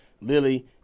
Lily